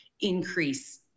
increase